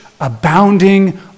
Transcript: abounding